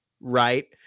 right